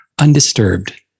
undisturbed